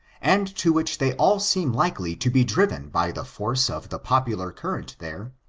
and to which they all seem likely to be driven by the force of the popular current there,